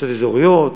מועצות אזוריות,